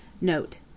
Note